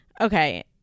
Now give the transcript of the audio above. Okay